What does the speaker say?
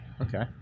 Okay